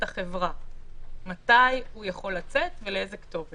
החברה מתי הוא יכול לצאת ולאיזה כתובת